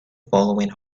following